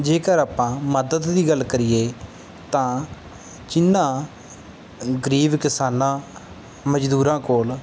ਜੇਕਰ ਆਪਾਂ ਮਦਦ ਦੀ ਗੱਲ ਕਰੀਏ ਤਾਂ ਜਿਨ੍ਹਾਂ ਗਰੀਬ ਕਿਸਾਨਾਂ ਮਜ਼ਦੂਰਾਂ ਕੋਲ